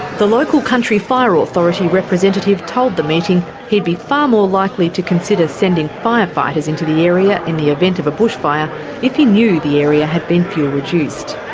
the local country fire authority representative told the meeting he'd be far more likely to consider sending fire fighters into the area in the event of a bushfire if he knew the area had been fuel reduced.